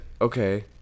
okay